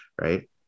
right